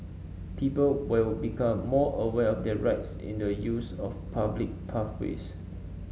people will become more aware of their rights in the use of public pathways